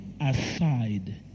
aside